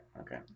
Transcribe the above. Okay